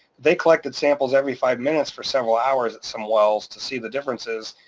they collected samples every five minutes for several hours at some wells to see the differences,